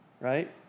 right